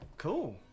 cool